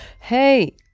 Hey